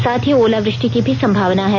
साथ ही ओला वृष्टि की भी संभावना है